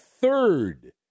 third